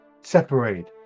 separate